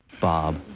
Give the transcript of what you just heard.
Bob